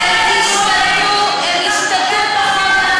הם ישוטטו פחות,